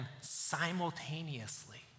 simultaneously